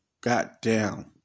goddamn